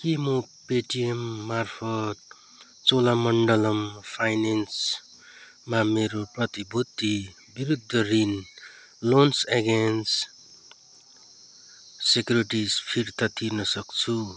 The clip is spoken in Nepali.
के म पेटिएम मार्फत चोलामण्डलम फाइनेन्समा मेरो प्रतिभूति विरुद्ध ऋण लोन्स एगेन्स्ट सेक्युरिटी फिर्ता तिर्न सक्छु